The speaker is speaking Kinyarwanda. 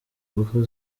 ingufu